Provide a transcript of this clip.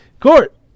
Court